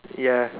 ya